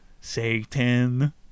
Satan